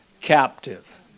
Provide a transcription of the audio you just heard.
captive